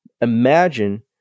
Imagine